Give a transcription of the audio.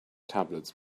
tablets